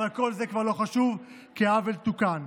אבל כל זה לא חשוב, כי העוול תוקן.